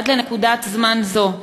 עד לנקודת זמן זו,